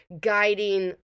guiding